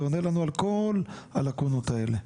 זה עונה לנו על כל הלקונות האלה.